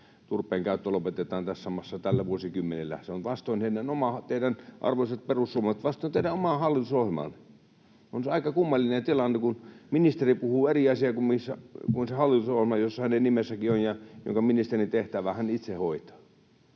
turpeen käyttö lopetetaan tässä maassa tällä vuosikymmenellä. Se on, arvoisat perussuomalaiset, vastoin teidän omaa hallitusohjelmaanne. On se aika kummallinen tilanne, kun ministeri puhuu eri asiaa kuin se hallitusohjelma, jossa hänen nimensäkin on, ja se hallitus, jonka ministerin tehtävää hän itse hoitaa.